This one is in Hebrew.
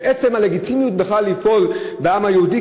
זה עצם הלגיטימיות בכלל לפעול בעם היהודי,